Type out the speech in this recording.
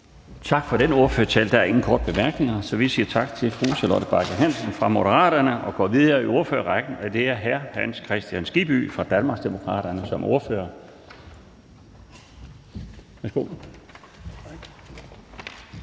Tak for den ordførertale. Der er ingen korte bemærkninger. Så vi siger tak til fru Charlotte Bagge Hansen fra Moderaterne og går videre i ordførerrækken, og det er hr. Hans Kristian Skibby fra Danmarksdemokraterne som ordfører. Værsgo.